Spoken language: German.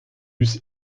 vus